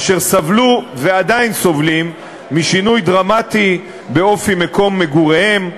אשר סבלו ועדיין סובלים משינוי דרמטי באופי מקום מגוריהם,